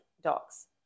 dogs